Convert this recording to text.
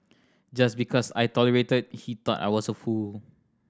just because I tolerated he thought I was a fool